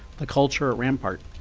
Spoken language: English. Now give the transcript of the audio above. the culture at rampart,